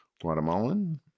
Guatemalan